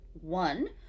one